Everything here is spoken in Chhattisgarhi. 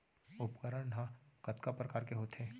उपकरण हा कतका प्रकार के होथे?